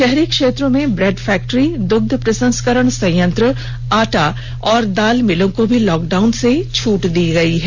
शहरी क्षेत्रों में ब्रेड फैक्टरी दुग्ध प्रसंस्करण संयंत्र आटा और दाल मिलों को भी लॉकडाउन से छूट दी गई है